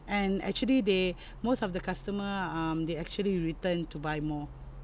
and actually they most of the customer um they actually returned to buy more